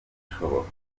bishoboka